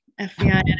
FBI